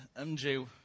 MJ